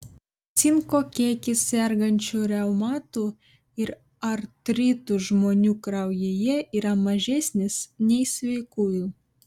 cinko kiekis sergančių reumatu ir artritu žmonių kraujyje yra mažesnis nei sveikųjų